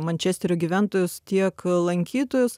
mančesterio gyventojus tiek lankytojus